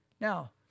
Now